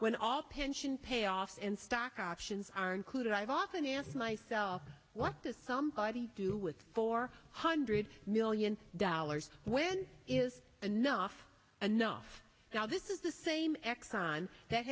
when all pension payoffs and stock options are included i've often asked myself what does somebody do with four hundred million dollars when is enough enough now this is the same exxon that